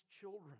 children